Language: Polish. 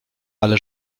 ale